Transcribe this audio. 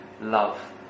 love